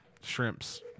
shrimps